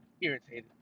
Irritated